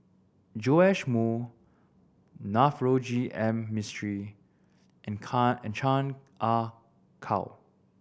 Joash Moo Navroji M Mistri and can and Chan Ah Kow